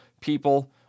people